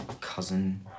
cousin